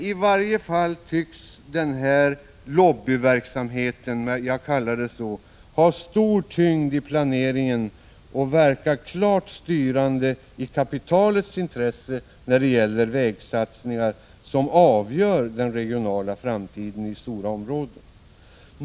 I varje fall tycks denna lobbyverksamhet — jag kallar det så — ha stor tyngd i planeringen och verka klart styrande i kapitalets intresse när det gäller vägsatsningar som avgör den regionala framtiden i stora områden.